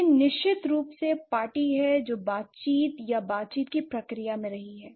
यह निश्चित रूप से पार्टी है जो बातचीत या बातचीत की प्रक्रिया में रही है